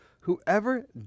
Whoever